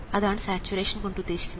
അതാണ് സാച്ചുറേഷൻ കൊണ്ട് ഉദ്ദേശിക്കുന്നത്